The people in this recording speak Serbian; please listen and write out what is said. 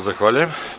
Zahvaljujem.